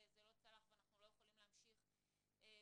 זה לא צלח ואנחנו לא יכולים להמשיך ולחכות.